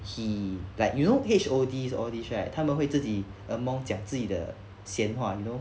he like you know H_O_Ds all these right 他们会自己 among 讲自己的闲话 you know